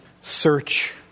search